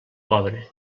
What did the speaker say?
pobre